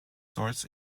swords